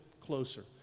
closer